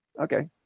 Okay